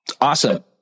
Awesome